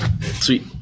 Sweet